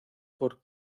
por